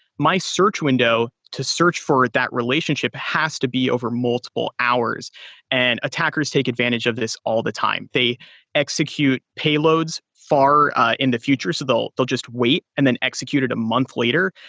my search window to search for that relationship has to be over multiple hours and attackers take advantage of this all the time. they execute payloads far in the future. so they'll they'll just wait and then execute it a month later,